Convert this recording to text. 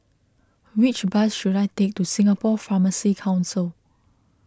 which bus should I take to Singapore Pharmacy Council